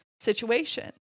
situation